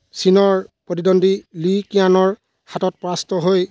চীনৰ প্ৰতিদ্বন্দ্বি লি কিয়ানৰ হাতত পৰাস্ত হৈ